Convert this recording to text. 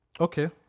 Okay